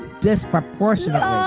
disproportionately